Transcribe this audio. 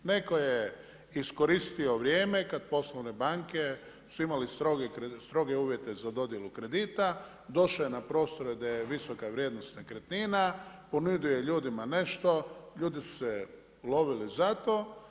Neko je iskoristio vrijeme kada poslovne banke su imale stroge uvjete za dodjelu kredita, došlo je … da je visoka vrijednost nekretnina, ponudio je ljudima nešto, ljudi su se ulovili za to.